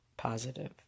positive